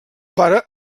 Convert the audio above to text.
pare